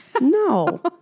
No